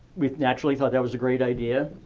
we naturally thought that was a great idea.